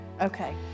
Okay